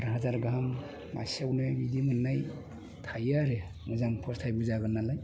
आद हाजार गाहाम मासेआवनो इदि मोननाय थायो आरो मोजां फस्थ'नि जागोन नालाय